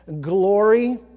glory